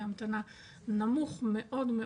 בהמתנה נמוך מאוד.